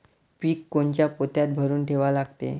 पीक कोनच्या पोत्यात भरून ठेवा लागते?